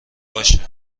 باشه